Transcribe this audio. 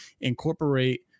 incorporate